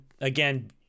again